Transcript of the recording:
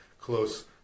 close